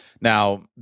Now